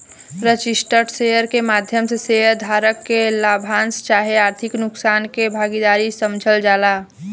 registered share के माध्यम से शेयर धारक के लाभांश चाहे आर्थिक नुकसान के भागीदार समझल जाला